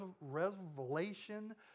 revelation